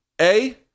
A-